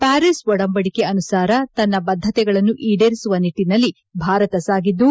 Paris ಒಡಂಬಡಿಕೆ ಅನುಸಾರ ತನ್ನ ಬದ್ಧತೆಗಳನ್ನು ಈಡೇರಿಸುವ ನಿಟ್ಟನಲ್ಲಿ ಭಾರತ ಸಾಗಿದ್ದು